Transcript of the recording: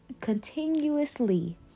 continuously